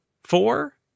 four